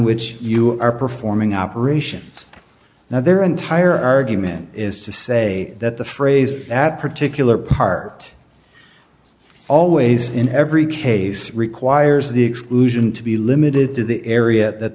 which you are performing operations now their entire argument is to say that the phrase that particular part always in every case requires the exclusion to be limited to the area that